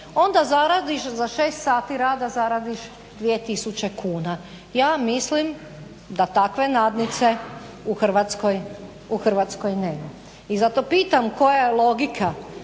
Onda zaradiš za 6 sati rada 2000 kuna. Ja mislim da takve nadnice u Hrvatskoj nema i zato pitam koja je logika